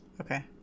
Okay